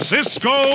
Cisco